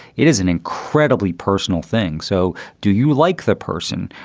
it is an incredibly personal thing. so do you like the person?